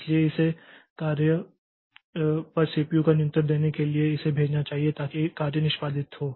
इसलिए इसे कार्य पर सीपीयू का नियंत्रण देने के लिए इसे भेजना चाहिए ताकि कार्य निष्पादित हो